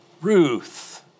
Ruth